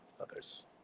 Others